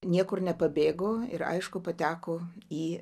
niekur nepabėgo ir aišku pateko į